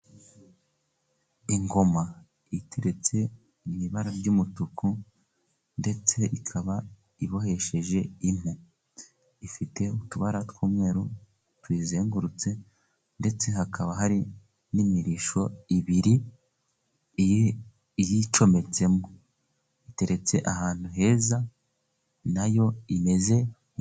Ingoma iteretse mi ibara ry'umutuku, ndetse ikaba ibohesheje impu, ifite utubara tw'umweru tuyizengurutse, ndetse hakaba hari n'imirishyo ibiri iyicometsemo, iteretse ahantu heza, na yo imeze neza.